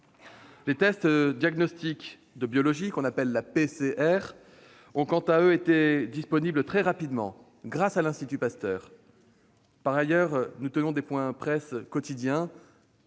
Les tests de diagnostic biologique dits PCR ont, quant à eux, été disponibles très rapidement grâce à l'Institut Pasteur. Par ailleurs, nous tenons des points-presse quotidiens.